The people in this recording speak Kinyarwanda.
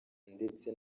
ndetse